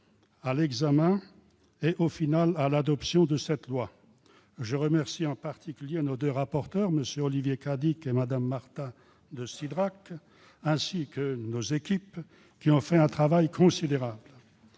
à l'examen et, au final, à l'adoption de ce texte. Je remercie en particulier les deux rapporteurs, M. Cadic et Mme de Cidrac, ainsi que nos équipes, qui ont fait un travail considérable.